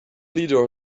leader